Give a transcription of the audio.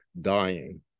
dying